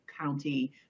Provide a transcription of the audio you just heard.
county